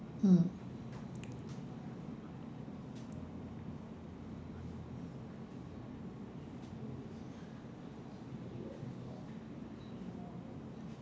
mm